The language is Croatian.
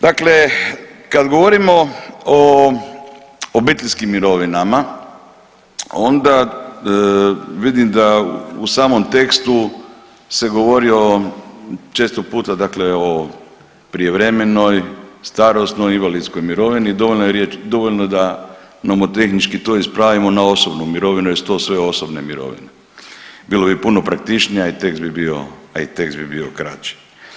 Dakle kad govorimo o obiteljskim mirovinama, onda vidim da u samom tekstu se govori o često puta dakle o prijevremenoj, starosnoj, invalidskoj mirovini, dovoljno je da nomotehnički to ispravimo na osobnu mirovinu jer su to sve osobne mirovine, bilo bi puno praktičnija i tekst bi bio kraći.